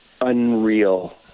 Unreal